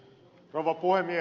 rouva puhemies